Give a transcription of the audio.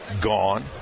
gone